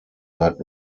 seit